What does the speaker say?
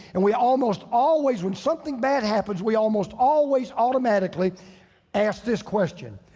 and we almost always when something bad happens, we almost always automatically ask this question.